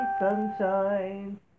sunshine